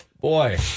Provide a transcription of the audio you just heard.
Boy